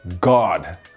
God